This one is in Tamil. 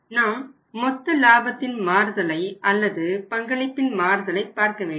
நாம் மொத்தம் லாபத்தின் மாறுதலை அல்லது பங்களிப்பின் மாறுதலை பார்க்க வேண்டும்